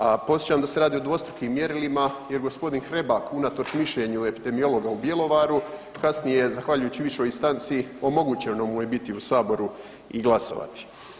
A podsjećam da se radi o dvostrukim mjerilima jer gospodin Hrebak unatoč mišljenju epidemiologa u Bjelovaru kasnije je za zahvaljujući višoj instanci, omogućeno mu je biti u saboru i glasovati.